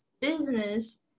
business